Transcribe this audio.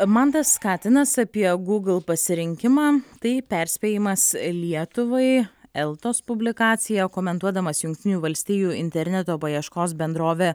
mantas katinas apie google pasirinkimą tai perspėjimas lietuvai eltos publikacija komentuodamas jungtinių valstijų interneto paieškos bendrovę